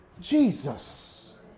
Jesus